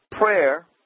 prayer